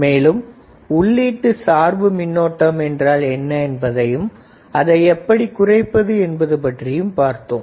மேலும் உள்ளீட்டு சார்பு மின்னோட்டம் என்றால் என்ன என்பதையும் அதை எப்படி குறைப்பது என்பது பற்றியும் பார்த்தோம்